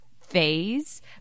phase